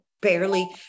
barely